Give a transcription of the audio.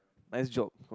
nice job